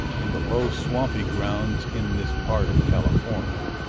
in the low, swampy grounds in this part of california.